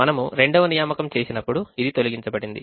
మనము రెండవ నియామకం చేసినప్పుడు ఇది తొలగించబడింది